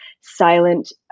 silent